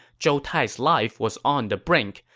zhou tai's life was on the brink,